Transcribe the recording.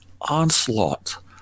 onslaught